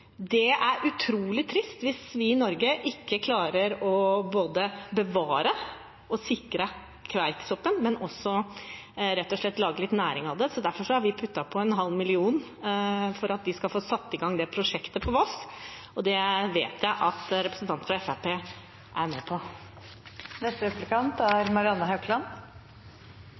Det er utrolig trist hvis vi i Norge ikke klarer både å bevare og å sikre kveiksoppen, og også rett og slett lage litt næring av det. Derfor har vi puttet på en halv million kroner for at de skal få satt i gang det prosjektet på Voss. Det vet jeg at representanten fra Fremskrittspartiet er med på. Kuttet til Kulturrådet på 18,5 mill. kr er